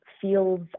feels